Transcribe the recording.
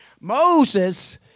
Moses